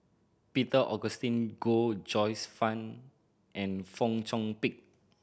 Peter Augustine Goh Joyce Fan and Fong Chong Pik